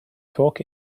talking